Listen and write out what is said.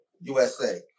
usa